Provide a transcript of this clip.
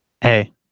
hey